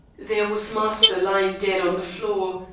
there was master lying dead on the floor,